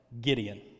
Gideon